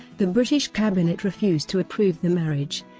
the british cabinet refused to approve the marriage,